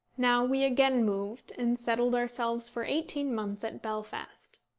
now we again moved, and settled ourselves for eighteen months at belfast.